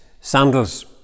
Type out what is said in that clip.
sandals